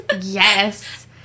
Yes